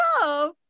love